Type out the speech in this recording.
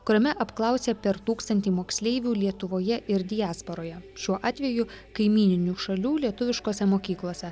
kuriame apklausė per tūkstantį moksleivių lietuvoje ir diasporoje šiuo atveju kaimyninių šalių lietuviškose mokyklose